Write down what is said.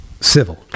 civil